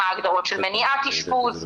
מה ההגדרות של מניעת אשפוז,